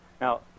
Now